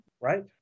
Right